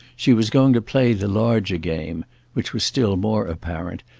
she was going to play the larger game which was still more apparent,